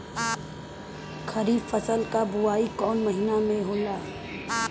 खरीफ फसल क बुवाई कौन महीना में होला?